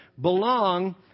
belong